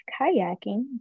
kayaking